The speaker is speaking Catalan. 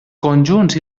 conjunts